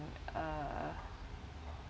or like uh